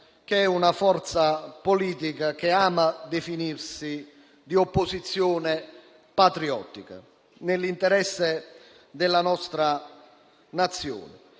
una forza politica che ama definirsi di opposizione patriottica, nell'interesse della nostra Nazione.